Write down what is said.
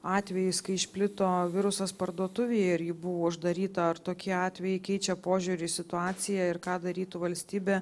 atvejis kai išplito virusas parduotuvėje ir ji buvo uždaryta ar tokį atvejai keičia požiūrį į situaciją ir ką darytų valstybė